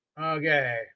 okay